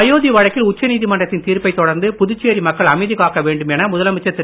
அயோத்தி வழக்கில் உச்சநீதிமன்றத்தின் தீர்ப்பை தொடர்ந்து புதுச்சேரி மக்கள் அமைதி காக்க வேண்டும் என முதலமைச்சர் திரு